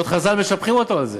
ועוד חז"ל משבחים אותו על זה.